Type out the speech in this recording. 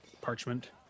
parchment